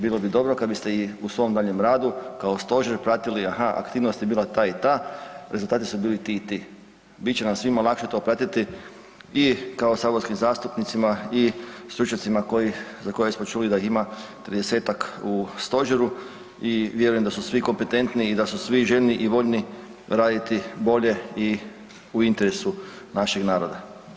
Bilo bi dobro kad biste ih u svom daljnjem radu kao stožer pratili, aha aktivnost je bila ta i ta, rezultati su bili ti i ti, bit će nam svima lakše to pratiti i kao saborskim zastupnicima i stručnjacima koji za koje smo čuli da ih ima 30-tak u stožeru i vjerujem da su svi kompetentni i da su svi željni i voljni raditi bolje i u interesu našeg naroda.